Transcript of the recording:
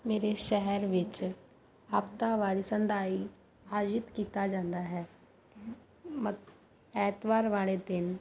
ਮੇਰੇ ਸ਼ਹਿਰ ਵਿੱਚ ਹਫਤਾਵਾਰੀ ਸੰਧਾਈ ਆਯੋਜਿਤ ਕੀਤਾ ਜਾਂਦਾ ਹੈ ਮਤ ਐਤਵਾਰ ਵਾਲੇ ਦਿਨ